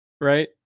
right